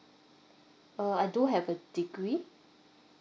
uh I do have a degree